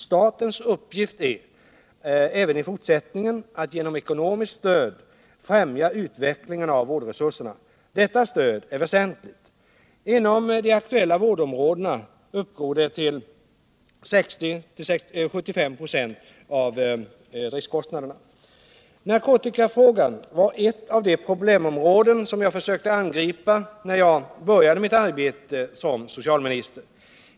Statens uppgift är även i fortsättningen att genom ekonomiskt stöd främja utvecklingen av vårdresurserna. Detta stöd är väsentligt. Inom de aktuella vårdområdena uppgår det till 60-75 96 av driftkostnaderna. Narkotikafrågan var ett av de problemområden som jag försökte angripa när jag började mitt arbete som socialminister.